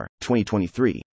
2023